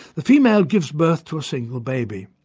the female gives birth to a single baby.